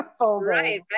right